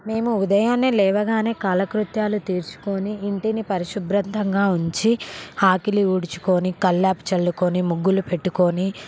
మేము ఉదయాన్నే లేవగానే కాల కృత్యాలు తీర్చుకొని ఇంటిని పరిశుభ్రంతంగా ఉంచి ఆకిలి ఊడ్చుకొని కల్లాపి చల్లుకొని ముగ్గులు పెట్టుకొని